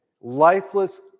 lifeless